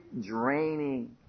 draining